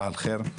בוקר טוב,